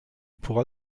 pourra